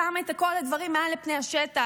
שם את כל הדברים מעל לפני השטח,